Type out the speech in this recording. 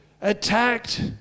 attacked